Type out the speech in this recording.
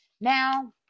Now